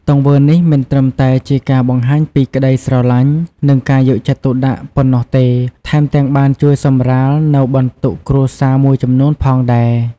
ទង្វើនេះមិនត្រឹមតែជាការបង្ហាញពីក្ដីស្រឡាញ់ និងការយកចិត្តទុកដាក់ប៉ុណ្ណោះទេ ថែមទាំងបានជួយសម្រាលនៅបន្ទុកគ្រួសារមួយចំនួនផងដែរ។